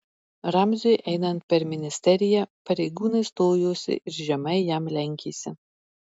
ramziui einant per ministeriją pareigūnai stojosi ir žemai jam lenkėsi